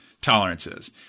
tolerances